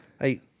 Hey